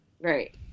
Right